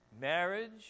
Marriage